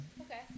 Okay